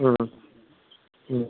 হুম হুম হুম